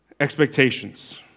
expectations